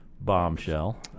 bombshell